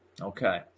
Okay